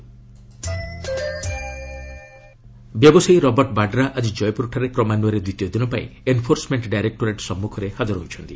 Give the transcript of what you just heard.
ED Robert Vadra ବ୍ୟବସାୟୀ Robert Vadra ଆଜି କୟପୁରଠାରେ କ୍ରମାନୃୟରେ ଦ୍ଧିତୀୟ ଦିନ ପାଇଁ ଏନ୍ଫୋର୍ସମେଣ୍ଟ ଡାଇରେକ୍ଟୋରେଟ୍ ସମ୍ମୁଖରେ ହାଜର ହୋଇଛନ୍ତି